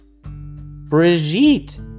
Brigitte